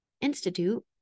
institute